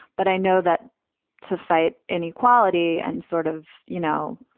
but i know that to fight inequality and sort of, you know,